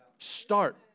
Start